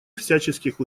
всяческих